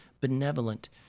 benevolent